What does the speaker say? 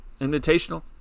Invitational